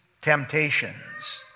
temptations